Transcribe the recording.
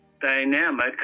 dynamic